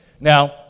Now